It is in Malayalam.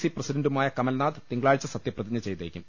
സി പ്രസിഡന്റുമായ കമൽനാഥ് തിങ്കളാഴ്ച സത്യപ്രതിജ്ഞ ചെയ്തേക്കും